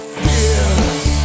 fears